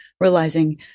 realizing